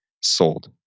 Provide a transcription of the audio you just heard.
Sold